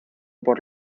por